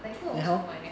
like 不懂为什么 leh